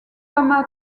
tama